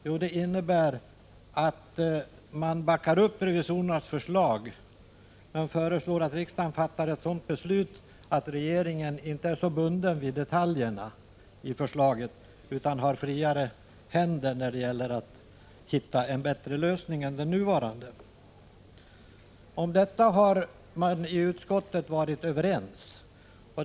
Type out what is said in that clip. Jo, det innebär att man backar upp revisorernas förslag, men man föreslår att riksdagen fattar ett sådant beslut att regeringen inte är så bunden vid detaljerna i förslaget utan har friare händer när det gäller att hitta en bättre ordning än den nuvarande. Man har varit överens om detta i utskottet.